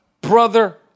brother